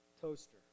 toaster